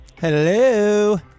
Hello